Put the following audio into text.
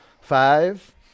Five